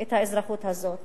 את האזרחות הזאת